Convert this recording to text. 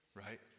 right